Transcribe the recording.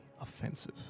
offensive